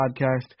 podcast